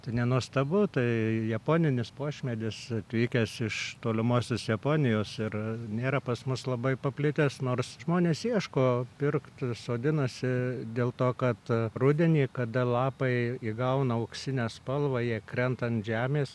tad nenuostabu tai japoninis puošmedis atvykęs iš tolimosios japonijos ir nėra pas mus labai paplitęs nors žmonės ieško pirkti sodinasi dėl to kad rudenį kada lapai įgauna auksinę spalvą jie krenta ant žemės